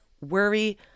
worry